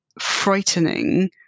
frightening